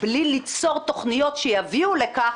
בלי ליצור תכניות שיביאו לכך,